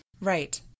Right